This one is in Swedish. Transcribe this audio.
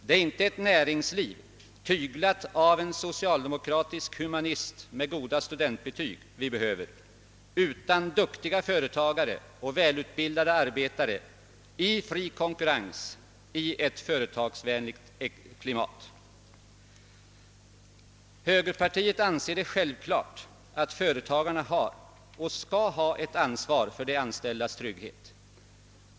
Det är inte ett näringsliv tyglat av en socialdemokratisk humanist med goda studentbetyg som vi behöver, utan duktiga företagare och välutbildade arbetare i fri konkurrens i ett företagsvänligt klimat. Högerpartiet anser det självklart att företagarna har och skall ha ett ansvar för de anställdas trygghet.